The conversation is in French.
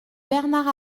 bernard